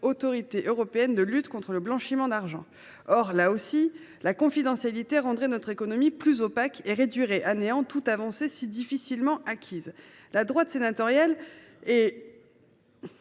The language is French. autorité européenne de lutte contre le blanchiment d’argent. Or, derechef, la confidentialité rendrait notre économie plus opaque, réduisant à néant les avancées si difficilement acquises en ce domaine. La droite sénatoriale est